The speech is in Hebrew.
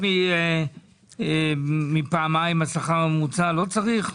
אם זה פחות מפעמיים השכר הממוצע לא צריך?